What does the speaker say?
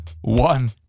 one